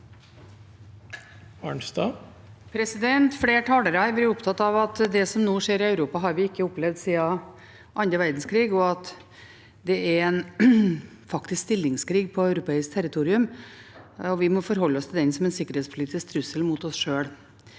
Flere talere har vært opptatt av at det som nå skjer i Europa, har vi ikke opplevd siden annen verdenskrig, at det faktisk er en stillingskrig på europeisk territorium, og at vi må forholde oss til den som en sikkerhetspolitisk trussel mot oss sjøl.